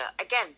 Again